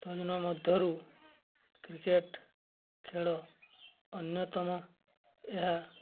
ତନ୍ମଧ୍ୟରୁ କ୍ରିକେଟ୍ ଖେଳ ଅନ୍ୟତମ ଏହା